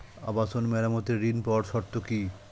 আবাসন মেরামতের ঋণ পাওয়ার শর্ত কি?